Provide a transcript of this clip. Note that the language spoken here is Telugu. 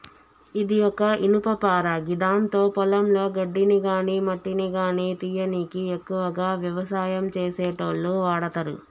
ఇది ఒక ఇనుపపార గిదాంతో పొలంలో గడ్డిని గాని మట్టిని గానీ తీయనీకి ఎక్కువగా వ్యవసాయం చేసేటోళ్లు వాడతరు